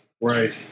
Right